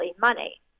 money